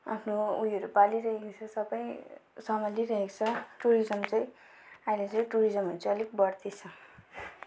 आफ्नो उयोहरू पालिरहेको छ सबै सम्हालिरहेको छ टुरिज्म चाहिँ अहिले चाहिँ टुरिज्महरू चाहिँ अलिक बढ्दैछ